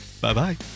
Bye-bye